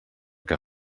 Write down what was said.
que